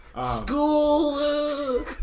School